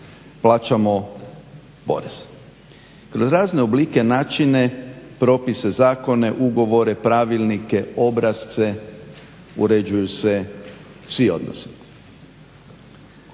plaćamo porez. Kroz razne oblike, načine, propise, zakone, ugovore, pravilnike, obrasce uređuju se svi odnosi.